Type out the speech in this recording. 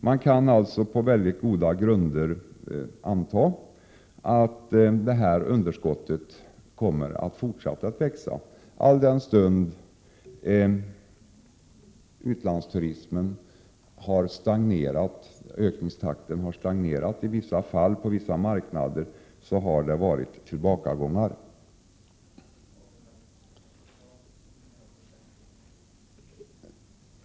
Man kan alltså, på mycket goda grunder, anta att underskottet kommer att fortsätta att växa, alldenstund ökningstakten för den utländska turismen i vissa fall har stagnerat. Vissa marknader har haft tillbakagångar.